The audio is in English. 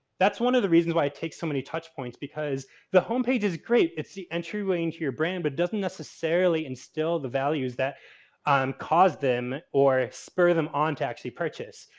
that's one of the reasons why it takes so many touch points because the home page is great. it's the entry way into your brand, but it doesn't necessarily instill the values that cause them or exper them on to actually purchase.